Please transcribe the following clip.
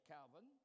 Calvin